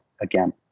again